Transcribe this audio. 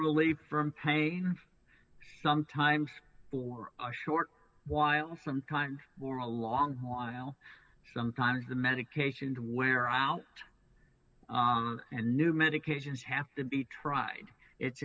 relief from pain sometimes for a short while sometimes for a long while sometimes the medication to wear out and new medications have to be tried it's